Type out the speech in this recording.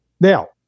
Now